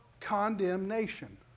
condemnation